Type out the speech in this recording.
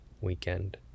weekend